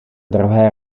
druhé